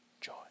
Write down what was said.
joy